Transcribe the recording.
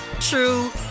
true